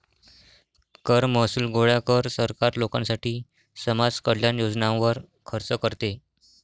कर महसूल गोळा कर, सरकार लोकांसाठी समाज कल्याण योजनांवर खर्च करते